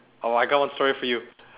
oh I got one story for you